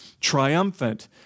triumphant